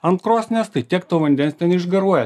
ant krosnies tai tiek to vandens ten išgaruoja ten